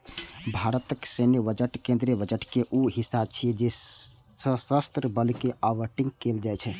भारतक सैन्य बजट केंद्रीय बजट के ऊ हिस्सा छियै जे सशस्त्र बल कें आवंटित कैल जाइ छै